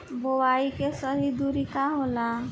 बुआई के सही दूरी का होला?